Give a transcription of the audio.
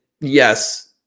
yes